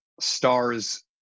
stars